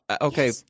Okay